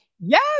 Yes